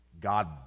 God